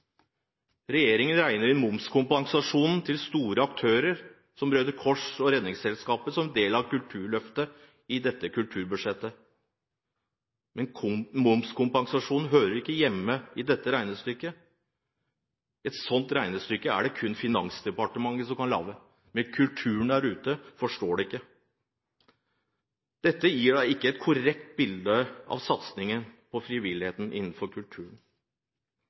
Regjeringen regner inn momskompensasjonen til store aktører som Røde Kors og Redningsselskapet som del av Kulturløftet i dette kulturbudsjettet. Men momskompensasjon hører ikke hjemme i dette regnestykket. Et sånt regnestykke er det kun Finansdepartementet som kan lage, men kulturen der ute forstår det ikke. Dette gir da ikke et korrekt bilde av satsingen på frivilligheten innenfor kulturen.